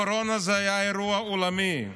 הקורונה הייתה אירוע עולמי,